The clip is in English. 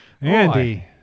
Andy